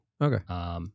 Okay